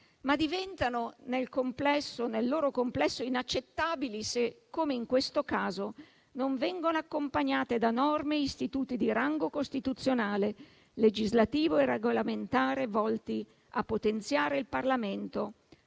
ma diventano nel loro complesso inaccettabili se, come in questo caso, non vengono accompagnate da norme e istituti di rango costituzionale, legislativo e regolamentare volti a potenziare il Parlamento,